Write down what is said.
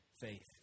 faith